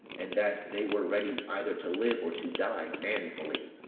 and that they were ready either to live, or to die manfully,